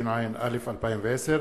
התשע"א 2010,